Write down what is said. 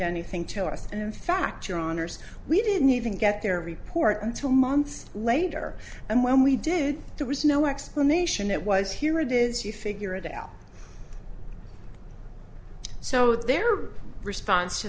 anything to us and in fact your honour's we didn't even get their report until months later and when we did there was no explanation it was here it is you figure it out so their response to